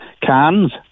cans